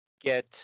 get